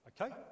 Okay